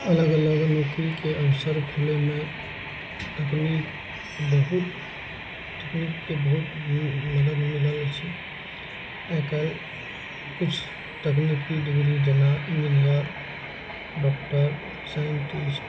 अलग अलग नौकरीके अवसर खोलयमे तकनीक बहुत तकनीकके बहुत मदद मिलल अछि आइ काल्हि किछु तकनीकी डिग्री जेना इंजीनियर डॉक्टर साइन्टिस्ट